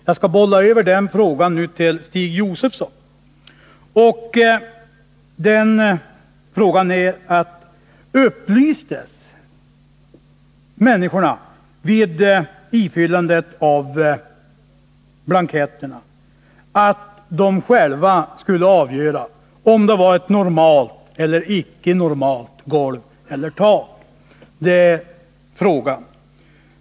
Jag skall nu bolla över den frågan till Stig Josefson: Upplystes människorna vid ifyllandet av blanketterna om att de själva skulle avgöra om det var fråga om ett normalt eller icke normalt golv eller tak?